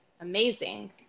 amazing